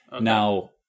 Now